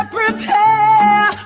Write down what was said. prepare